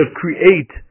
create